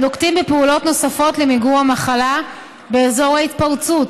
נוקטים פעולות נוספות למיגור המחלה באזור ההתפרצות,